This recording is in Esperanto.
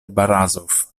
barazof